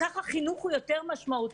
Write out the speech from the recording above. כך החינוך הוא יותר משמעותי.